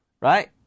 right